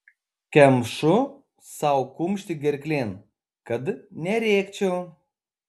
kemšu sau kumštį gerklėn kad nerėkčiau